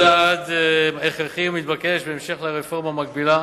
צעד הכרחי ומתבקש בהמשך לרפורמה המקבילה